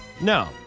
No